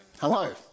Hello